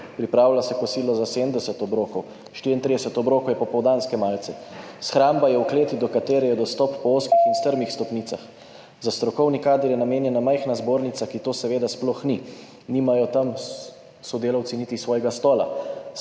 pripravlja se kosilo za 70 obrokov, 34 obrokov je popoldanske malice. Shramba je v kleti, do katere je dostop po ozkih in strmih stopnicah. Za strokovni kader je namenjena majhna zbornica, ki to seveda sploh ni. Tam sodelavci nimajo niti svojega stola.